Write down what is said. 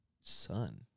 son